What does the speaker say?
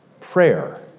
prayer